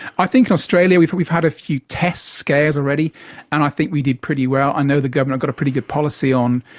i think in australia we've we've had a few test scares already and i think we did pretty well. i know the government have got a pretty good policy on,